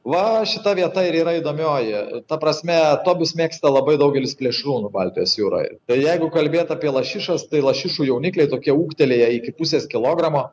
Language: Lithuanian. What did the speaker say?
va šita vieta ir yra įdomioji ta prasme tobius mėgsta labai daugelis plėšrūnų baltijos jūroje tai jeigu kalbėt apie lašišas tai lašišų jaunikliai tokie ūgtelėję iki pusės kilogramo